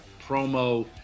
promo